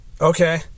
Okay